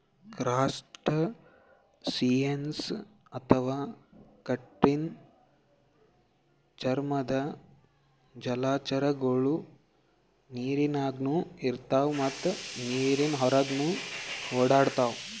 crustaceans ಅಥವಾ ಕಠಿಣ್ ಚರ್ಮದ್ದ್ ಜಲಚರಗೊಳು ನೀರಿನಾಗ್ನು ಇರ್ತವ್ ಮತ್ತ್ ನೀರ್ ಹೊರಗನ್ನು ಓಡಾಡ್ತವಾ